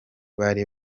bari